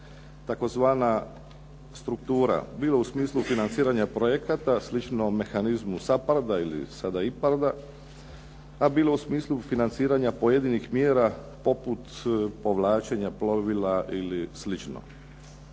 tzv. struktura bilo u smislu financiranja projekata slično mehanizmu SAPARD-a ili sada IPARD-a a bilo u smislu financiranja pojedinih mjera poput povlačenja plovila ili slično.